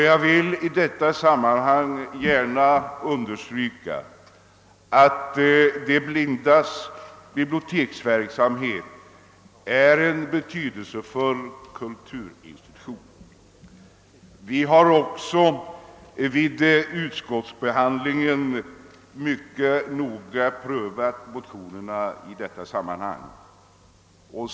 Jag vill i detta sammanhang gärna understryka att de blindas biblioteksverksamhet är en betydelsefull kulturinstitution. Vi har också vid utskotts behandlingen mycket noga prövat motionerna i detta sammanhang.